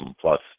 plus